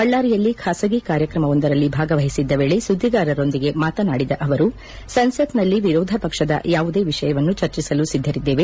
ಬಳ್ಳಾರಿಯಲ್ಲಿ ಖಾಸಗಿ ಕಾರ್ಯಕ್ರಮವೊಂದರಲ್ಲಿ ಭಾಗವಹಿಸಿದ್ದ ವೇಳೆ ಸುದ್ದಿಗಾರರೊಂದಿಗೆ ಮಾತನಾಡಿದ ಅವರು ಸಂಸತ್ನಲ್ಲಿ ವಿರೋಧ ಪಕ್ಷದ ಯಾವುದೇ ವಿಷಯವನ್ನು ಚರ್ಚಿಸಲು ಸಿದ್ದರಿದ್ದೇವೆ